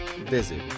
visit